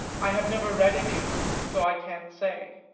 i have never read any of them, so i can't say.